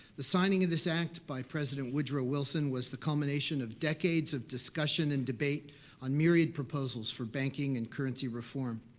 the signing of this act by president woodrow wilson was the culmination of decades of discussion and debate on myriad proposals for banking and currency reform.